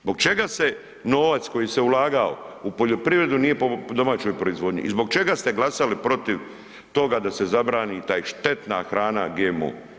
Zbog čega se novac koji se ulagao u poljoprivrednu nije …/nerazumljivo/… domaćoj proizvodnji i zbog čega ste glasali protiv toga da se zabrani taj štetna hrana GMO?